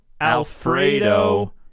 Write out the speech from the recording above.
Alfredo